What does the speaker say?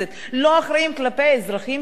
לא אחראים כלפי האזרחים שלנו?